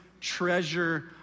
treasure